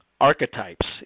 archetypes